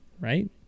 Right